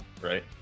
right